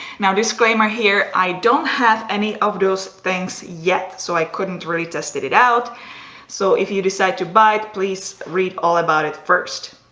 now disclaimer here. i don't have any of those things yet. so i couldn't really tested it out so if you decide to buy it please read all about it first.